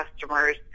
customers